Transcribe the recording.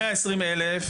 מתוך 120 אלף